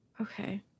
Okay